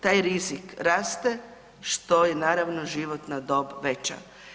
Taj rizik raste što je naravno životna dob veća.